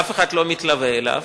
אף אחד לא מתלווה אליו,